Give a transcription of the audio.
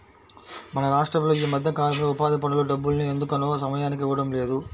మన రాష్టంలో ఈ మధ్యకాలంలో ఉపాధి పనుల డబ్బుల్ని ఎందుకనో సమయానికి ఇవ్వడం లేదు